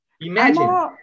Imagine